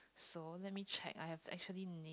so let me check I have actually